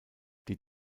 die